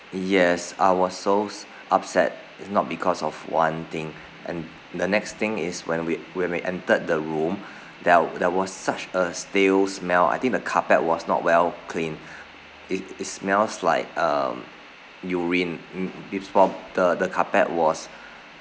yes I was so s~ upset not because of one thing and the next thing is when we when we entered the room there there was such a stale smell I think the carpet was not well cleaned it it smells like um urine mm is for the the carpet was